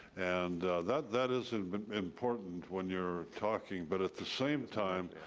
and that that is important when you're talking, but at the same time,